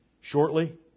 Shortly